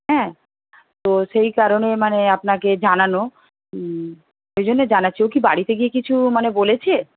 হ্যাঁ তো সেই কারণেই মানে আপনাকে জানানো ওই জন্যে জানাচ্ছি ও কি বাড়িতে গিয়ে কিছু মানে বলেছে